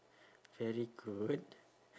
very good